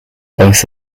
both